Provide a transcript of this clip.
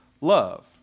love